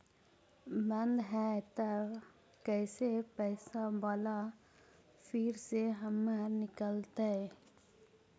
बन्द हैं त कैसे पैसा बाला फिर से हमर निकलतय?